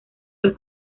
del